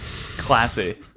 Classy